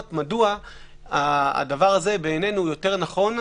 מדוע הדבר הזה בעינינו הוא מהלך הרבה יותר נכון,